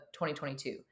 2022